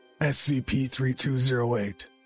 SCP-3208